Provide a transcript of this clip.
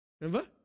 Remember